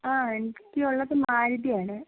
ആ എനിക്കുള്ളത് മാരുതി ആണ്